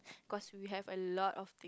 cause we have a lot of